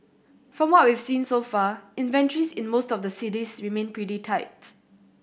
from what we've seen so far inventories in most of the cities remain pretty tight